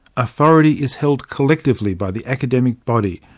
authority is held collectively by the academic body,